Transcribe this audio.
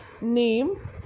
Name